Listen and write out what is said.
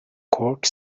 cork